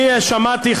אני שמעתי,